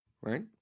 Right